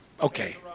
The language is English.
okay